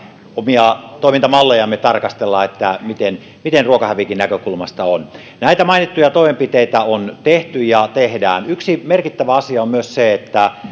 omia toimintamallejamme tarkastella että miten miten ruokahävikin näkökulmasta on näitä mainittuja toimenpiteitä on tehty ja tehdään yksi merkittävä asia on se että